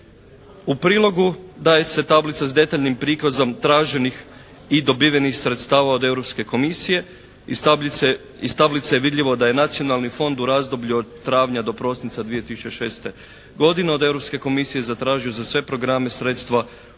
U prilogu daje se tablica s detaljnim prikazom traženih i dobivenih sredstava od Europske Komisije. Iz tablice je vidljivo da je nacionalni fond u razdoblju od travnja do prosinca 2006. godine od Europske Komisije zatražio za sve programe sredstva u ukupnom